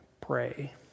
pray